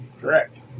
Correct